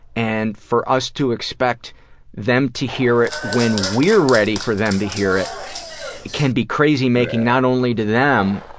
and for us to expect them to hear it when we're ready for them to hear it can be crazy-making not only to them,